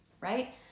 right